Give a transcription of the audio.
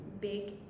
big